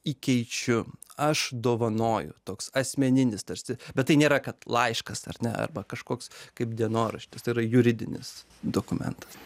įkeičiu aš dovanoju toks asmeninis tarsi bet tai nėra kad laiškas ar ne arba kažkoks kaip dienoraštis tai yra juridinis dokumentas